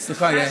סליחה, יעל.